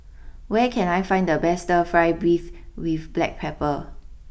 where can I find the best Fry Beef with Black Pepper